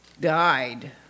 Died